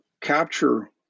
capture